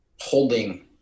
holding